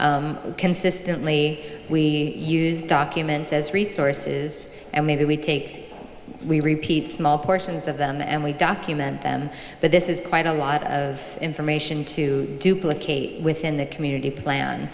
consistently we use documents as resources and we that we take we repeat small portions of them and we document them but this is quite a lot of information to duplicate within the community plan